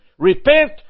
Repent